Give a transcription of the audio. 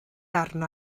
arno